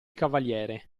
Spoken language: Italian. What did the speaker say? cavaliere